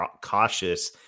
cautious